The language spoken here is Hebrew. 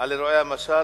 על אירועי המשט,